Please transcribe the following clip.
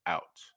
out